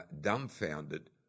dumbfounded